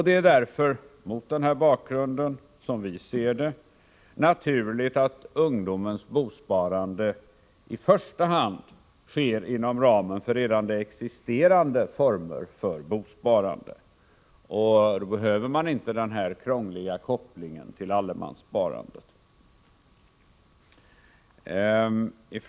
Det är mot denna bakgrund, som vi ser det, naturligt att ungdomens bosparande i första hand sker inom ramen för redan existerande former för bosparande. Då behöver man inte den här krångliga kopplingen till allemanssparandet.